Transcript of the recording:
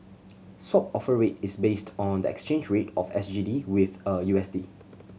Swap Offer Rate is based on the exchange rate of S G D with a U S D